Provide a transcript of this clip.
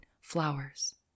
flowers